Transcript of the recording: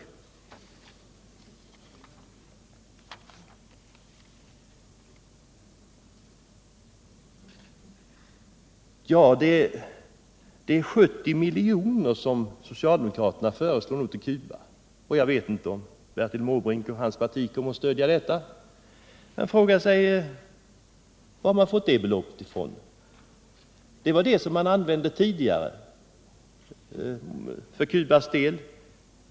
Socialdemokraterna föreslår att 70 milj.kr. skall anslås till Cuba. Jag vet inte om Bertil Måbrink och hans parti kommer att stödja det förslaget. Man frågar sig var socialdemokraterna har fått det beloppet ifrån. Det var samma belopp som utgick tidigare för Cubas del.